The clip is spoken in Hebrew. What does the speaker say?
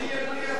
זה יהיה בלי הסכמה.